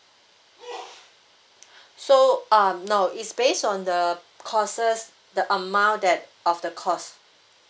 so um no is based on the courses the amount that of the course